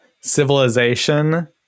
Civilization